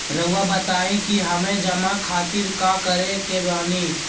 रहुआ बताइं कि हमें जमा खातिर का करे के बानी?